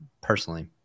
personally